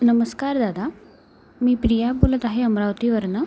नमस्कार दादा मी प्रिया बोलत आहे अमरावतीवरनं